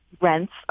rents